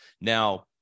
now